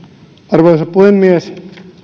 arvoisa puhemies